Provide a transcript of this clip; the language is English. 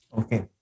okay